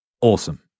awesome